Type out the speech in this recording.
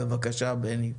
בבקשה בני.